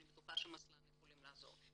אני בטוחה שמסל"ן יכולים לעזור.